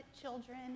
children